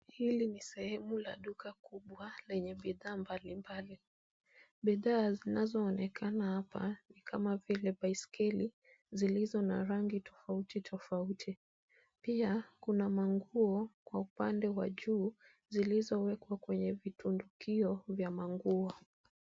Hili ni sehemu la fuka kubwa lenye bidhaa mbalimbali. Bidhaa zinazoonekana hapa ni kama vile baiskeli zilizo na rangi tofauti tofauti .Pia kuna manguo kwa upande wa juu zilizowekwa kwenye vitundikio vya manguo.